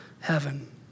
heaven